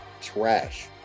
trash